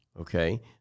okay